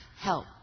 help